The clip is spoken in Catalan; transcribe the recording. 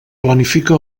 planifica